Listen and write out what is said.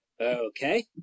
Okay